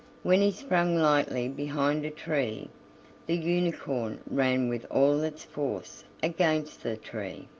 when he sprang lightly behind a tree the unicorn ran with all its force against the tree,